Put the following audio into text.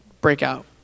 breakout